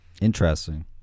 interesting